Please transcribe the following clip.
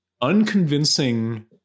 unconvincing